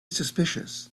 suspicious